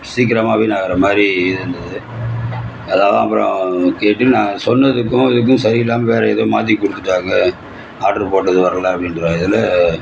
சீக்கிரமாக வீணாகுகிற மாதிரி இருந்தது அதனால் அப்புறம் கேட்டு நாங்கள் சொன்னதுக்கு இதுக்கும் சரி இல்லாமல் வேற எதோ மாற்றி கொடுத்துட்டாங்க ஆட்ரு போட்டது வரல அப்படின்ற இதில்